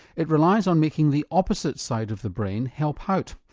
it relies on making the opposite side of the brain help out.